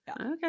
okay